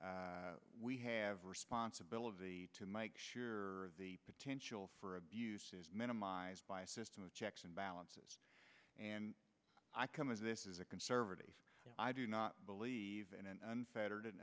it we have responsibility to make sure the potential for abuse is minimized by a system of checks and balances and i come of this is a conservative i do not believe in an unf